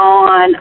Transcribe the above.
on